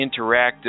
Interactive